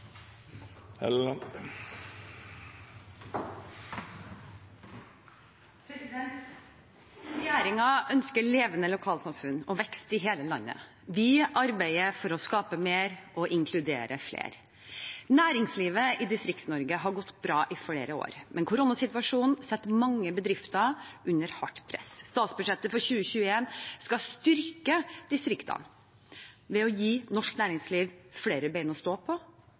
arbeider for å skape mer og inkludere flere. Næringslivet i Distrikts-Norge har gått bra i flere år, men koronasituasjonen setter mange bedrifter under hardt press. Statsbudsjettet for 2021 skal styrke distriktene ved å gi norsk næringsliv flere ben å stå på